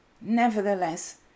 Nevertheless